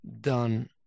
done